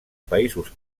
països